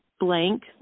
Blank